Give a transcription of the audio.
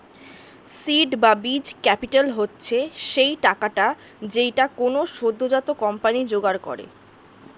seed বা বীজ capital হচ্ছে সেই টাকাটা যেইটা কোনো সদ্যোজাত কোম্পানি জোগাড় করে